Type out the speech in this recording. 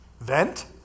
Vent